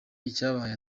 icyabaye